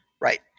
Right